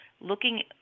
looking